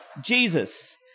Jesus